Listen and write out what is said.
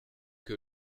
que